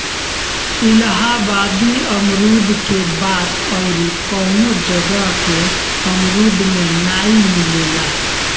इलाहाबादी अमरुद के बात अउरी कवनो जगह के अमरुद में नाइ मिलेला